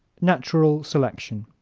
natural selection